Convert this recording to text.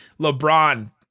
LeBron